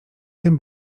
tym